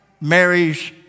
Mary's